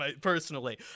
personally